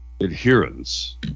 adherence